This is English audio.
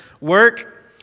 Work